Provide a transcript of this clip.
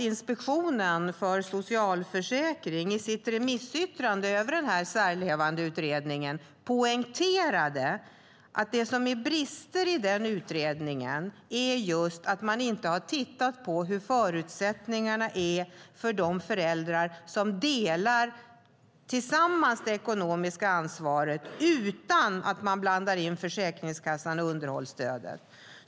Inspektionen för socialförsäkringen poängterade i sitt remissyttrande över Särlevandeutredningen att det som brister i den utredningen är att man inte har tittat på hur förutsättningarna är för de föräldrar som tillsammans delar det ekonomiska ansvaret utan att man blandar in Försäkringskassan och underhållsstödet.